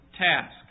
task